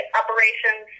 operations